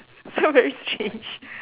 sound very change